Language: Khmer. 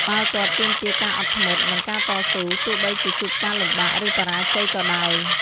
បាល់ទាត់ទាមទារការអត់ធ្មត់ និងការតស៊ូ ទោះបីជាជួបការលំបាក ឬបរាជ័យក៏ដោយ។